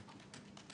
בשבילו.